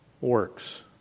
works